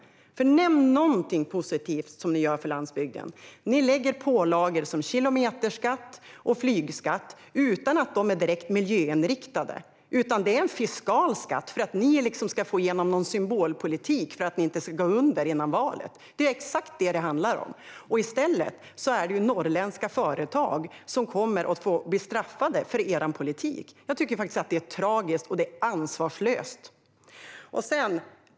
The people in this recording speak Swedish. Nämn någonting positivt ni gör för landsbygden! Ni kommer med pålagor som kilometerskatt och flygskatt - utan att de är direkt miljöinriktade. Det är i stället fiskala skatter för att ni ska få igenom något slags symbolpolitik för att inte gå under före valet. Det är ju vad det handlar om, och det är norrländska företag som kommer att straffas med er politik. Jag tycker att det är tragiskt och ansvarslöst.